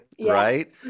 right